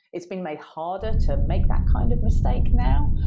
it's been made harder to make that kind of mistake now,